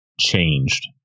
changed